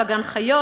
בגן החיות,